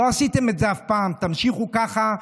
לא עשיתם את זה אף פעם, תמשיכו ככה.